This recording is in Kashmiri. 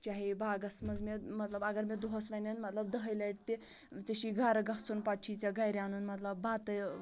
چاہے باغَس منٛز مےٚ مطلب اَگر مےٚ دۄہَس وَنین مطلب دٔہہِ لَٹہِ تہِ ژےٚ چھُے گھرٕ گژھُن پَتہٕ چھُے ژٕ گھرِ اَنُن مطلب بَتہٕ